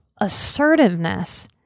assertiveness